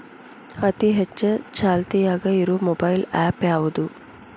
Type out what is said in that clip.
ಅತಿ ಹೆಚ್ಚ ಚಾಲ್ತಿಯಾಗ ಇರು ಮೊಬೈಲ್ ಆ್ಯಪ್ ಯಾವುದು?